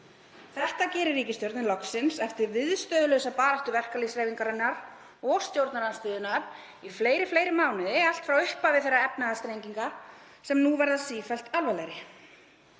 Þetta gerir ríkisstjórnin loksins eftir viðstöðulausa baráttu verkalýðshreyfingarinnar og stjórnarandstöðunnar í fleiri mánuði, allt frá upphafi þeirra efnahagsþrenginga sem nú verða sífellt alvarlegri.